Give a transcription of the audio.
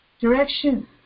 Direction